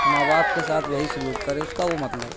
ماں باپ کے ساتھ وہی سلوک کرے اس کا وہ مطلب ہے